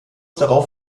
darauf